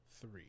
three